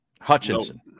Hutchinson